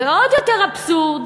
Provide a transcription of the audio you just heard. ועוד יותר אבסורדי,